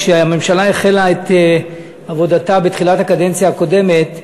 כשהממשלה החלה את עבודתה בתחילת הקדנציה הקודמת,